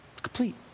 complete